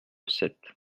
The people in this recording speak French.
sept